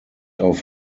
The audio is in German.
auf